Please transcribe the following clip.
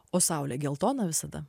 o saulė geltona visada